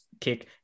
kick